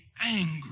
angry